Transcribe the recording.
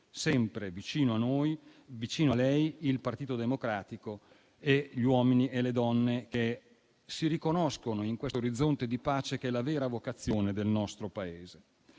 sempre vicino a lei il Partito Democratico e gli uomini e le donne che si riconoscono in questo orizzonte di pace, che è la vera vocazione del nostro Paese.